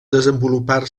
desenvolupar